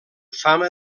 fama